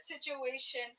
situation